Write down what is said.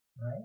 right